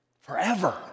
forever